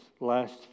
last